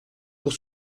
pour